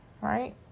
Right